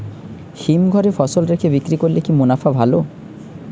হিমঘরে ফসল রেখে বিক্রি করলে কি মুনাফা ভালো?